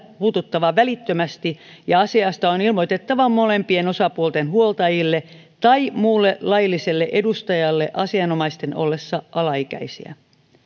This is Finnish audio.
puututtava välittömästi ja asiasta on ilmoitettava molempien osapuolten huoltajille tai muulle lailliselle edustajalle asianomaisten ollessa alaikäisiä